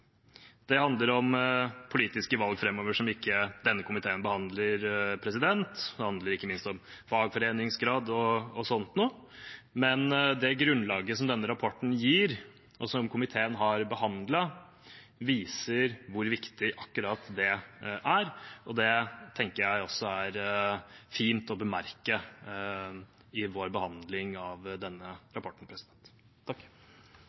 Det handler om politiske valg framover som ikke denne komiteen behandler. Det handler ikke minst om fagforeningsgrad og sånt noe. Men det grunnlaget som denne rapporten gir, og som komiteen har behandlet, viser hvor viktig akkurat det er, og det tenker jeg også er fint å bemerke i vår behandling av denne